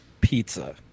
pizza